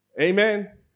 Amen